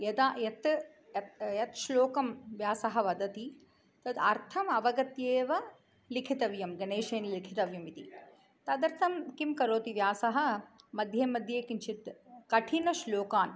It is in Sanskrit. यथा यत् यत् यत् श्लोकं व्यासः वदति तद् अर्थम् अवगत्यैव लिखितव्यं गणेशेन लिखितव्यम् इति तदर्थं किं करोति व्यासः मध्ये मध्ये किञ्चित् कठिनश्लोकान्